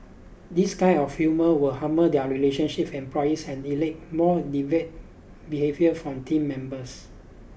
this kind of humour will harm their relationship with employees and elicit more deviant behaviour from team members